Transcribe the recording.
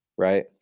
Right